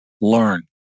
learn